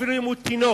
אפילו אם הוא תינוק,